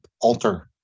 alter